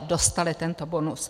Dostali tento bonus.